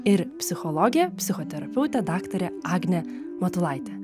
ir psichologė psichoterapeutė daktarė agnė matulaitė